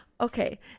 okay